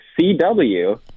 CW